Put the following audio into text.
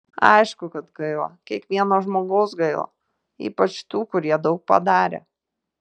aišku kad gaila kiekvieno žmogaus gaila ypač tų kurie daug padarė